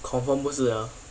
confirm 不是 ah